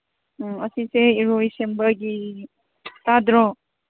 ꯎꯝ ꯑꯁꯤꯁꯦ ꯏꯔꯣꯏꯁꯦꯝꯕꯒꯤ ꯇꯥꯗ꯭ꯔꯣ